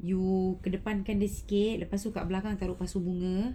you ke depankan sikit lepas tu kat belakang taruk pasu bunga